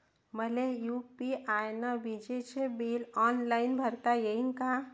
मले यू.पी.आय न विजेचे बिल ऑनलाईन भरता येईन का?